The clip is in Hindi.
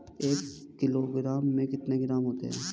एक किलोग्राम में कितने ग्राम होते हैं?